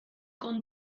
con